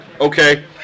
Okay